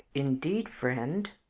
indeed, friend,